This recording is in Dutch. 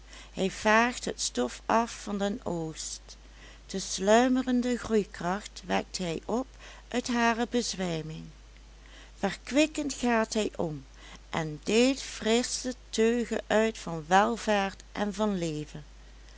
hij vaagt het stof af van den oogst de sluimerende groeikracht wekt hij op uit hare bezwijming verkwikkend gaat hij om en deelt frissche teugen uit van welvaart en van leven